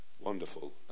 wonderful